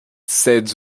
said